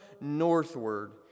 northward